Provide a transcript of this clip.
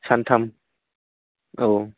सानथाम औ